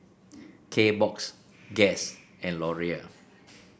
Kbox Guess and Laurier